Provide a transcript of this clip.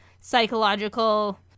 psychological